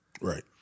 Right